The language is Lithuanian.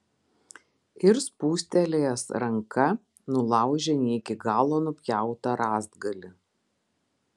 ir spūstelėjęs ranka nulaužė ne iki galo nupjautą rąstgalį